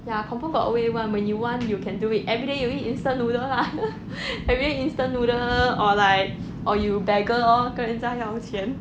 ya confirm got way [one] when you want you can do it everyday you eat instant noodle lah everyday instant noodle or like or you beggar lor 跟人家要钱